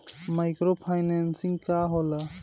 Micro financing का होला?